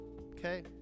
okay